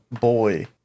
boy